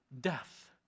death